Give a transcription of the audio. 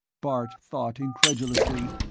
bart thought, incredulously,